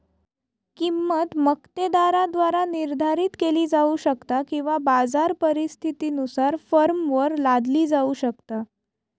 किंमत मक्तेदाराद्वारा निर्धारित केली जाऊ शकता किंवा बाजार परिस्थितीनुसार फर्मवर लादली जाऊ शकता